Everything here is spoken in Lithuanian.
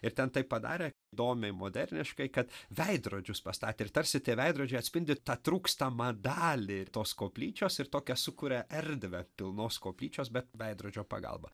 ir ten taip padarė įdomiai moderniškai kad veidrodžius pastatė ir tarsi tie veidrodžiai atspindi tą trūkstamą dalį tos koplyčios ir tokią sukuria erdvę pilnos koplyčios bet veidrodžio pagalba